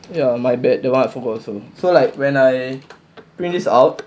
ya my bad that [one] I forgot also so like when I print this out